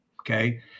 Okay